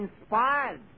inspired